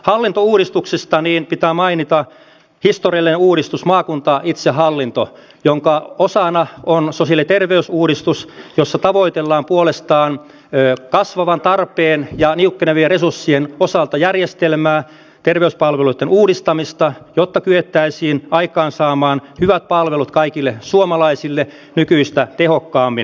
hallintouudistuksista pitää mainita historiallinen uudistus maakuntaitsehallinto jonka osana on sosiaali ja terveysuudistus jossa tavoitellaan puolestaan kasvavan tarpeen ja niukkenevien resurssien osalta järjestelmää terveyspalveluitten uudistamista jotta kyettäisiin aikaansaamaan hyvät palvelut kaikille suomalaisille nykyistä tehokkaammin